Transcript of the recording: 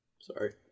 Sorry